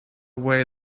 away